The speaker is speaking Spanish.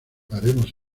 haremos